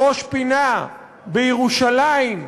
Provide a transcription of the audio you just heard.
בראש-פינה, בירושלים,